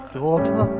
daughter